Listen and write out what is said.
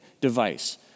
device